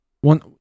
one